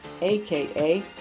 AKA